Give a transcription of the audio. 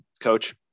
coach